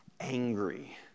angry